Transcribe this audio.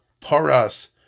Paras